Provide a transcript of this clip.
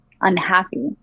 unhappy